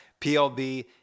PLB